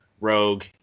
Rogue